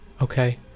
Okay